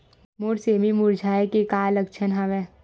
मोर सेमी मुरझाये के का लक्षण हवय?